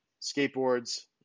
skateboards